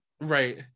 Right